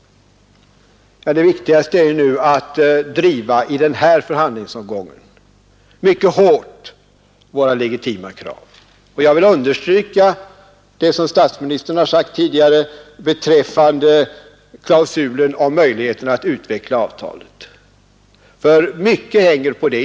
Jo, det viktigaste i denna förhandlingsomgång är att driva våra 4 mellan Sverige legitima krav mycket hårt. Jag vill understryka vad statsministern sade och EEC tidigare beträffande klausulen om möjligheten att utveckla avtalet. Mycket hänger på den.